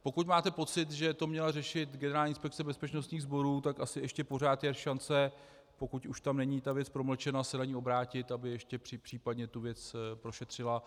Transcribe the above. Pokud máte pocit, že to měla řešit Generální inspekce bezpečnostních sborů, tak asi ještě pořád je šance, pokud už tam není ta věc promlčena, se na ni obrátit, aby ještě případně tu věc prošetřila.